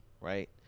right –